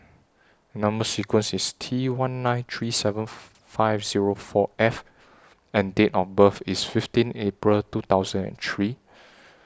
Number sequence IS T one nine three seven five Zero four F and Date of birth IS fifteen April two thousand and three